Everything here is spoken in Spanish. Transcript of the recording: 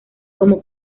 como